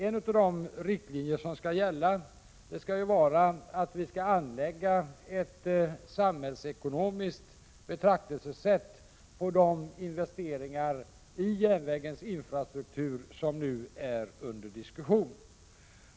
En av de riktlinjerna är att vi skall anlägga ett samhällsekonomiskt betraktelsesätt på de investeringar i järnvägens infrastruktur som nu är under diskussion.